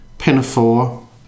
Pinafore